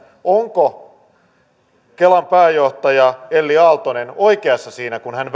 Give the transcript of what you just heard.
onko kelan pääjohtaja elli aaltonen oikeassa siinä kun hän